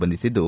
ಬಂಧಿಸಿದ್ದು